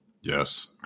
Yes